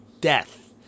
death